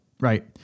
Right